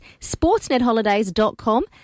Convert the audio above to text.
Sportsnetholidays.com